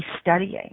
studying